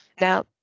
now